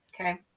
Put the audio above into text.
okay